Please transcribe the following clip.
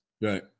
Right